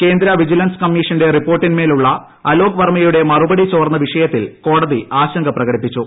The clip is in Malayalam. കേന്ദ്ര വിജിലൻസ് കമ്മീഷന്റെ റിപ്പോർട്ടിന്മേലുള്ള അലോക് വർമ്മയുടെ മറുപടി ചോർന്ന വിഷയത്തിൽ കോടതി ആശങ്ക പ്രകടിപ്പിച്ചു